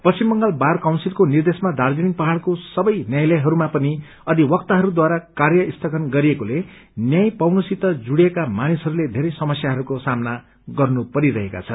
पश्चिम बंगाल बार काउन्सिलको निर्देशमा दार्जीलिङ पहाड़को सबै न्यायालयहरूमा पनि अधिवक्ताहरूद्वारा कार्य स्थगन गरिएकोले न्याय पाउनुसित जुड़िएका मानिसहरूले धेरै समस्याहरूको सामना गर्नु परिरहेको छ